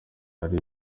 ari